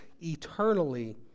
eternally